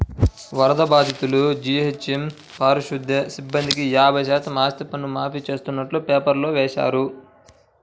వరద బాధితులు, జీహెచ్ఎంసీ పారిశుధ్య సిబ్బందికి యాభై శాతం ఆస్తిపన్ను మాఫీ చేస్తున్నట్టు పేపర్లో వేశారు